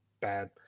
bad